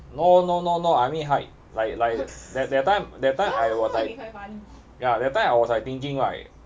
no no no no I mean height like like that that time that time I was like ya that time I was like thinking right